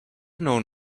known